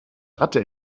ratte